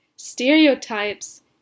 Stereotypes